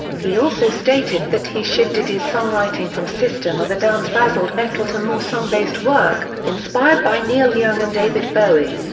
he also stated that he shifted his songwriting from system of a down's frazzled metal to more song-based work, inspired by neil young and david bowie.